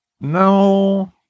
No